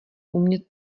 umět